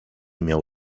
miał